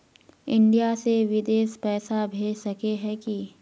India से बिदेश पैसा भेज सके है की?